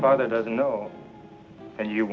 father doesn't know and you